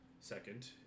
second